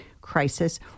crisis